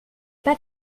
pas